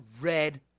red